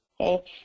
okay